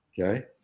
okay